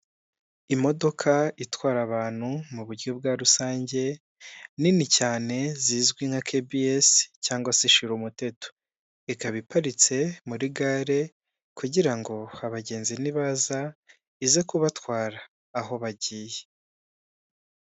Imodoka itwara abantu mu buryo bwa rusange nini cyane zizwi nka kebiyesi cyangwa shira umuteto, ikaba iparitse muri gare kugira ngo abagenzi nibaza ize kubatwara aho bagiye.